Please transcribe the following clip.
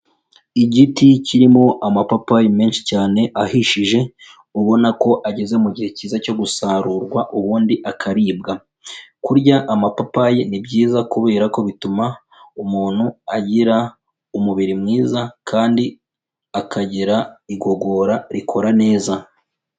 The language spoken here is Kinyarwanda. Igiti kirimo amapapayi menshi cyane ahishije, ubona ko ageze mu gihe cyiza cyo gusarurwa ubundi akaribwa. Kurya amapapayi ni byiza kubera ko bituma umuntu agira umubiri mwiza kandi akagira igogora rikora neza.